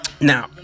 Now